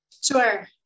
Sure